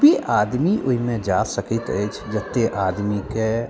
ओतबे आदमी ओहिमे जा सकैत अछि जतेक आदमीके